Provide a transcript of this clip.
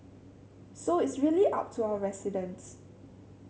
so it's really up to our residents